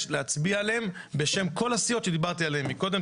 להצביע עליהן בשם כל הסיעות שדיברתי עליהן קודם.